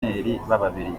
b’ababiligi